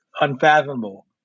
unfathomable